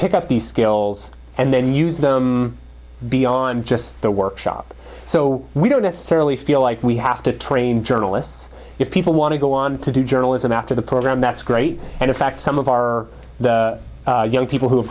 pick up the skills and then use them beyond just the workshop so we don't necessarily feel like we have to train journalists if people want to go on to do journalism after the program that's great and in fact some of our young people who have